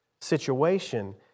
situation